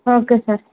okay sir